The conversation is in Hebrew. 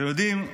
אתם יודעים,